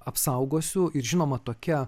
apsaugosiu ir žinoma tokia